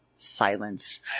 silence